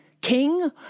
King